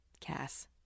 cass